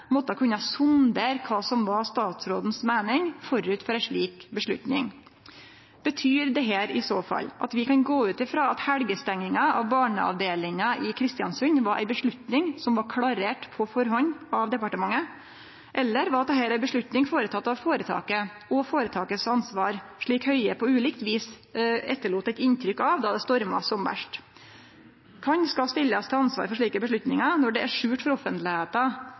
måtte kunne sondere kva som var statsrådens meining, før ei slik avgjerd. Betyr dette i så fall at vi kan gå ut frå at helgestenginga av barneavdelinga i Kristiansund var ei avgjerd som var klarert på førehand av departementet? Eller var dette ei avgjerd som var gjord av føretaket og var ansvaret til føretaket, slik Høie på ulikt vis etterlét eit inntrykk av då det storma som verst? Kven skal stillast til ansvar for slike avgjerder, når det er skjult for offentlegheita